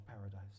paradise